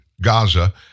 Gaza